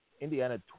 Indiana